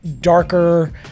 darker